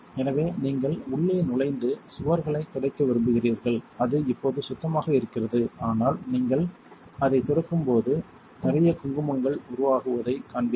எனவே நீங்கள் உள்ளே நுழைந்து சுவர்களைத் துடைக்க விரும்புகிறீர்கள் அது இப்போது சுத்தமாக இருக்கிறது ஆனால் நீங்கள் அதைத் துடைக்கும்போது நிறைய குங்குமங்கள் உருவாகுவதைக் காண்பீர்கள்